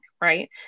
right